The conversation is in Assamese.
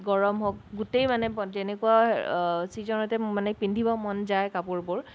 গৰম হওক গোটেই মানে যেনেকুৱা চিজনতেই মোৰ মানে পিন্ধিব মন যায় কাপোৰবোৰ